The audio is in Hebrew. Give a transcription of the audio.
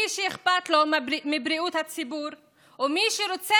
מי שאכפת לו מבריאות הציבור ומי שרוצה